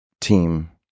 team